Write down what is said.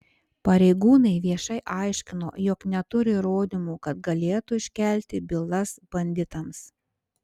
pareigūnai viešai aiškino jog neturi įrodymų kad galėtų iškelti bylas banditams